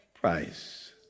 price